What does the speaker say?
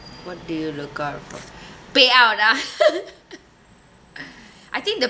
what do you look out for payout lah I think the